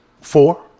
Four